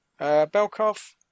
Belkov